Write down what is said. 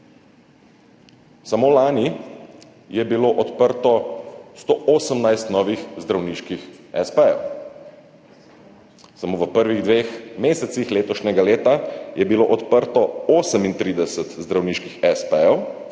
Samo lani je bilo odprtih 118 novih zdravniških espejev. Samo v prvih dveh mesecih letošnjega leta je bilo odprtih 38 zdravniških espejev